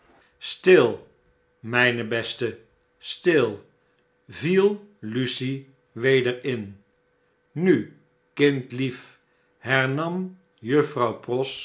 stil mjjne beste stil viel lucie weder in nu kindlief hernam juffrouw pross